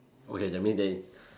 okay that means they